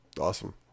Awesome